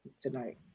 tonight